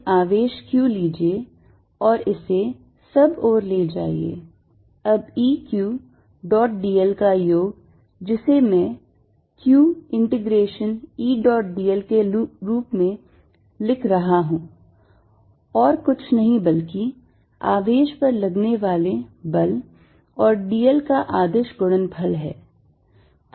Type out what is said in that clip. एक आवेश q लीजिए और इसे सब ओर ले जाइए अब E q dot d l का योग जिसे मैं q integration E dot d l के रूप में लिख रहा हूं और कुछ नहीं बल्कि आवेश पर लगने वाले बल और dl का अदिश गुणनफल है